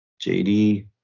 JD